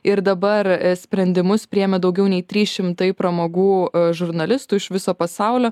ir dabar sprendimus priėmė daugiau nei trys šimtai pramogų žurnalistų iš viso pasaulio